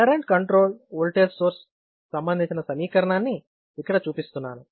current control voltage source సంబంధించిన సమీకరణాన్ని ఇక్కడ చూపిస్తున్నాను